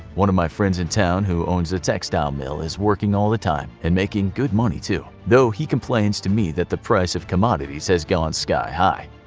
one of my friends in town who owns a textile mill is working all the time and making good money too. though he complains to me that the price of commodities has gone sky high.